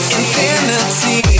infinity